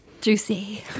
Juicy